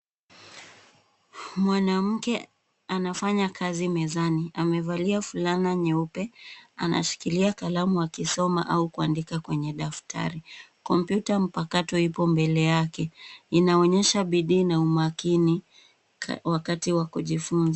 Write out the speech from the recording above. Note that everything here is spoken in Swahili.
Mwanamke anafanya kazi mezani. Amevalia fulana nyeupe. Anashikilia kalamu akisoma au kuandika kwenye daftari. Kompyuta mpakato ipo mbele yake. Inaonyesha bidii na umakini wakati wa kujifunza.